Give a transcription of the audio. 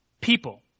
people